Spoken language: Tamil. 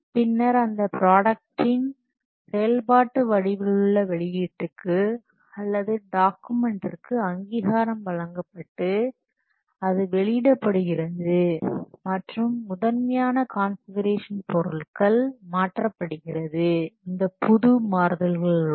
பின்னர் அந்த ப்ராடக்டின் செயல்பாட்டு வடிவிலுள்ள வெளியீட்டுக்கு அல்லது டாக்குமெண்டிற்கு அங்கீகாரம் வழங்கப்பட்டு அது வெளியிடப்படுகிறது மற்றும் முதன்மையான கான்ஃபிகுரேஷன் பொருட்கள் மாற்றப்படுகிறது இந்த புது மாறுதல்களுடன்